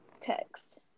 text